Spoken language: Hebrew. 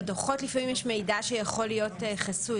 דיברת על כך שבדוחות לפעמים יש מידע שיכול להיות מידע חסוי.